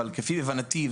אבל כפי הבנתי,